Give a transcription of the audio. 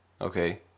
okay